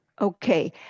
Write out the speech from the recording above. Okay